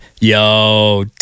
yo